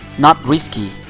not risky.